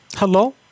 Hello